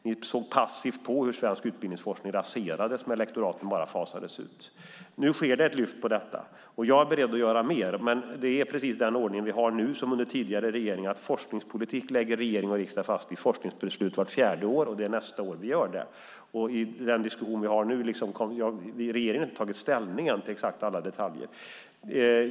Ni såg passivt på när svensk utbildningsforskning raserades när lektoraten fasades ut. Nu sker det ett lyft, och jag är beredd att göra mer. Men vi har precis den ordning nu som vi haft under tidigare regeringar, att regering och riksdag lägger fast forskningspolitik i forskningsbeslut vart fjärde år. Det är nästa år vi gör det. Regeringen har inte tagit ställning än till exakt alla detaljer.